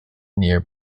near